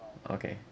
okay